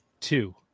two